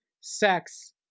sex